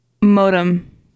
Modem